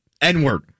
N-word